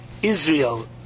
Israel